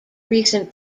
recent